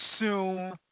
assume